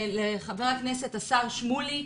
לשר שמולי,